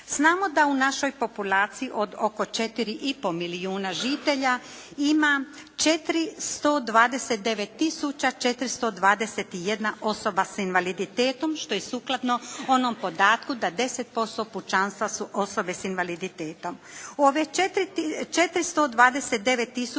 Znamo da u našoj populaciji od oko 4,5 milijuna žitelja ima 429 tisuća 421 osoba s invaliditetom što je sukladno onom podatku da 10% pučanstva su osobe s invaliditetom.